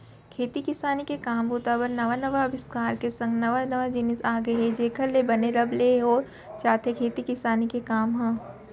खेती किसानी के काम बूता बर नवा नवा अबिस्कार के संग नवा नवा जिनिस आ गय हे जेखर ले बने रब ले हो जाथे खेती किसानी के काम ह